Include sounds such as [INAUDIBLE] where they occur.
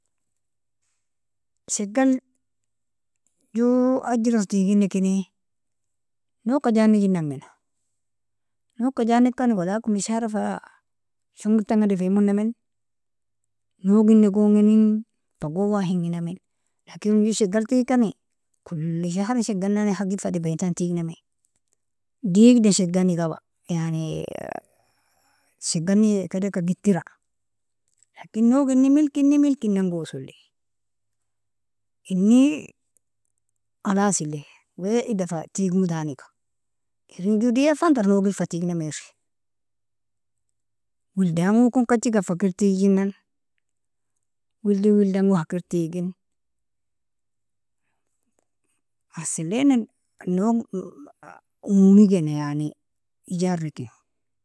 Sheggal jou ajirosa tiginnkini, no'gka janedinan gena, no'gka janekan wala kullu shahra fa shongirtanga defeimunamen, no'gini gongeni, fa gon wahinginamen, lakin iron ju sheggal tigkani, kulli shahra sheggan nane haggi faa defeintan tignamen, digda sheggani taban, yani, [HESITATION] sheggani kedeka gittira, lakin no'gini milkini milkin'ngosolil, inni khalasilli wae idan fa tigmou taniga, irin ju diefan tar no'gil fa tigname iir, wildiangokon kachikan fa kir tigjinan, wilddin wildango hakertigin [HESITATION] احسن لينا no'g unei gena yani ijarr lken.